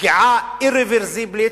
פגיעה אי-רוורסבילית,